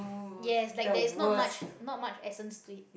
yes like there is not much not much essence to it